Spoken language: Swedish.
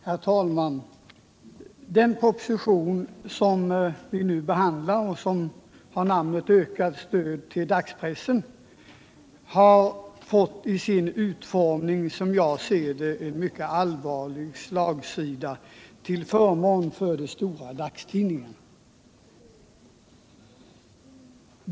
Herr talman! Den proposition som vi nu behandlar och som avser ökat stöd till dagspressen har, som jag ser det, i sin utformning fått en mycket allvarlig slagsida till förmån för de stora dagstidningarna.